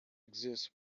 exist